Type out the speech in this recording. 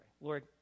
Lord